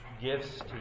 gifts